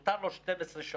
מותר לו 12 שעות,